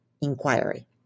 inquiry